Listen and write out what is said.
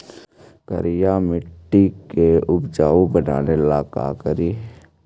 करिकी मिट्टियां के उपजाऊ बनावे ला का करी?